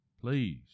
Please